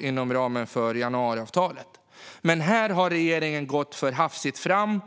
inom ramen för januariavtalet. Här har regeringen gått för hafsigt fram.